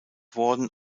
worden